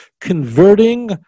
converting